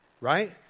Right